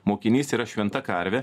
mokinys yra šventa karvė